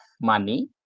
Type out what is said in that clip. money